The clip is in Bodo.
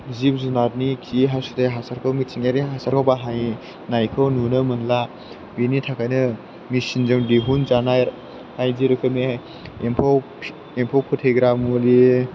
जिब जुनारनि खि हासुदै हासारखौ मिथिंगायारि हासारखौ बाहायनायखौ नुनो मोनला बेनि थाखायनो मेसिनजों दिहुनजानाय बायदि रोखोमनि एम्फौ फोथैग्रा मुलि